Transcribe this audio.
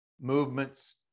movements